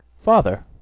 Father